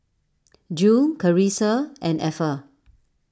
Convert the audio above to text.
Jule Carisa and Effa